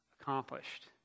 accomplished